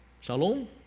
shalom